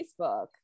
Facebook